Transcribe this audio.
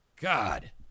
God